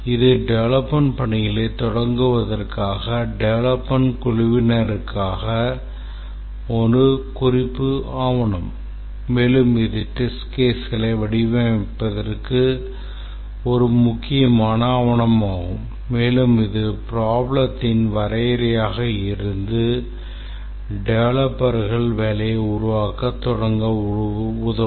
இது development பணிகளைத் தொடங்குவதற்காக development குழுவினருக்கான ஒரு குறிப்பு ஆவணம் மேலும் இது test caseகளை வடிவமைப்பதற்கு ஒரு முக்கியமான ஆவணமாகும் மேலும் இது problemஇன் வரையறையாக இருந்து டெவலப்பர்கள் வேலையை உருவாக்கத் தொடங்க உதவும்